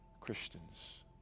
Christians